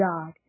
God